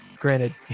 granted